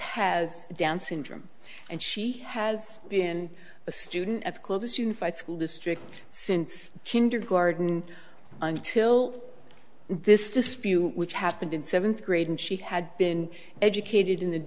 has down's syndrome and she has been a student of close unified school district since kindergarten until this dispute which happened in seventh grade and she had been educated in